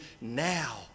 now